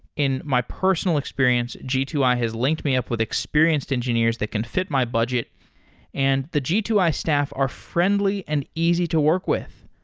in my personal experience, g two i has linked me up with experienced engineers that can fit my budget and the g two i staff are friendly and easy to work with.